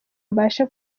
mbashe